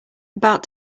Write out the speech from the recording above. about